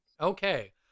Okay